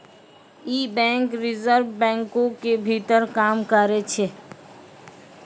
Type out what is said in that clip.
इ bank reserve बैंको के भीतर काम करै छै